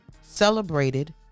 celebrated